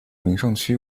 名胜区